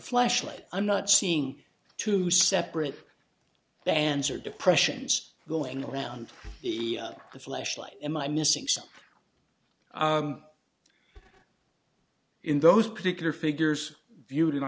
fleshlight i'm not seeing two separate bands or depressions going around the the fleshlight am i missing something in those particular figures viewed in